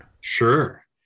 Sure